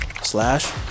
slash